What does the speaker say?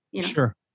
Sure